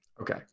Okay